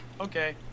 okay